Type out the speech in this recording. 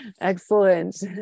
Excellent